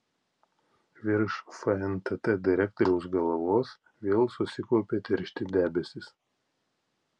virš fntt direktoriaus galvos vėl susikaupė tiršti debesys